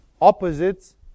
opposites